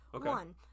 one